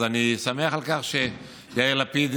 אז אני שמח על כך שיאיר לפיד,